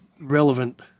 relevant